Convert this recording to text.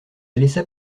laissa